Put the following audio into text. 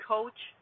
Coach